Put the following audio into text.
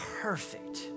perfect